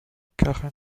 karen